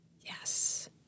Yes